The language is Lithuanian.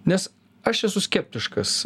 nes aš esu skeptiškas